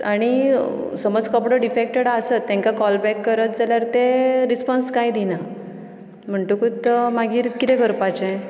आनी समज कपडो डिफेक्टेड आसत तेंकां कॉल बॅक करत जाल्यार तें रिस्पोन्स कांय दिना म्हणतकूत मागीर किदें करपाचें